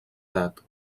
edat